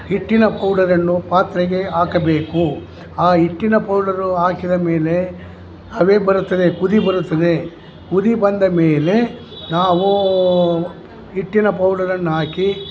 ಹಿಟ್ಟಿನ ಪೌಡರನ್ನು ಪಾತ್ರೆಗೆ ಹಾಕಬೇಕು ಆ ಹಿಟ್ಟಿನ ಪೌಡರು ಹಾಕಿದ ಮೇಲೆ ಹಬೆ ಬರುತ್ತದೆ ಕುದಿ ಬರುತ್ತದೆ ಕುದಿ ಬಂದ ಮೇಲೆ ನಾವೂ ಹಿಟ್ಟಿನ ಪೌಡರನ್ನು ಹಾಕಿ